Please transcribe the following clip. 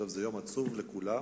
זה יום עצוב לכולם.